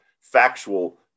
factual